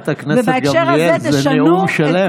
חברת הכנסת גמליאל, זה נאום שלם.